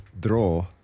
draw